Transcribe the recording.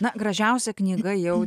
na gražiausia knyga jau